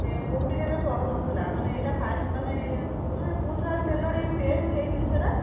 କୋଉଠି କେବେ ପଡ଼ୁ ନଥିଲା ମାନେ ଏଇଟା ଫାର୍ଷ୍ଟ ମାନେ ବହୁତ ଆଡ଼େ ମେଲୋଡ଼ି ହୁଏ କିନ୍ତୁ ଏହି ଜିନିଷଟା